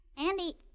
Andy